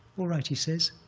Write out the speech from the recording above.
all right, he says,